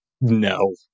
no